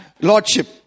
lordship